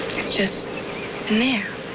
it's just been there.